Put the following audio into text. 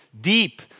deep